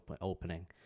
opening